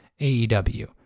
AEW